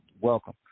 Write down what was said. welcome